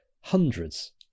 hundreds